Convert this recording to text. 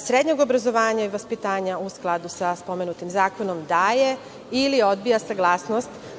srednjeg obrazovanja i vaspitanja, u skladu sa spomenutim zakonom, daje ili odbija saglasnost